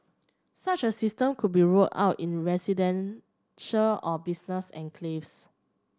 such a system could be rolled out in residential or business enclaves